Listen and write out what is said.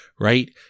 right